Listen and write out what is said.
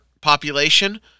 population